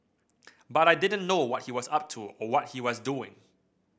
but I didn't know what he was up to or what he was doing